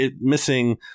missing